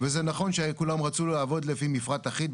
וזה נכון שכולם רצו לעבוד לפי מפרט אחיד,